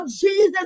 Jesus